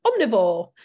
omnivore